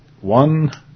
one